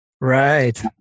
Right